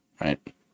Right